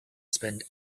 spend